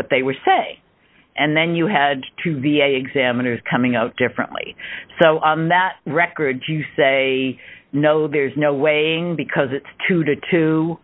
what they were say and then you had to be a examiners coming out differently so on that record you say no there's no way because it's two to two